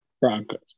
Broncos